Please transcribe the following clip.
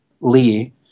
lee